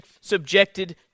subjected